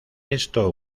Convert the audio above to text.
esto